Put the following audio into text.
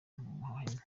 mahema